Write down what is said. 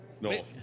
No